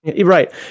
Right